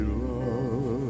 love